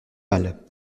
mal